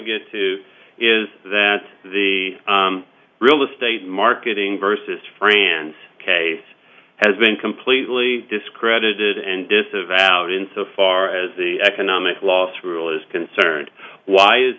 get to is that the real estate marketing versus france case has been completely discredited and disavowed in so far as the economic loss rule is concerned why is